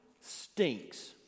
stinks